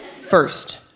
First